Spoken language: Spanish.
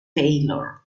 taylor